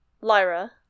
lyra